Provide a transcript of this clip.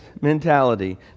mentality